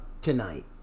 tonight